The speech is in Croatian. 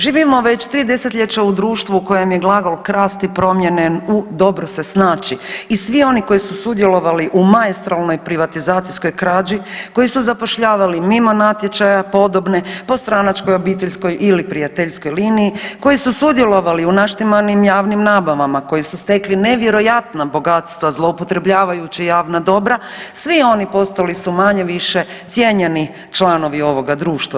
Živimo već tri desetljeća u društvu u kojem je glagol krasti promijenjen u dobro se snaći i svi oni koji su sudjelovali u maestralnoj privatizacijskoj krađi, koji su zapošljavali mimo natječaja podobne, po stranačkoj obitelji ili prijateljskoj liniji, koji su sudjelovali u naštimanim javnim nabavama koji su stekli nevjerojatna bogatstva zloupotrebljavajući javna dobra svi oni postali su manje-više cijenjeni članovi ovoga društva.